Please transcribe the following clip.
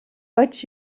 but